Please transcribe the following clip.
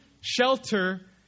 shelter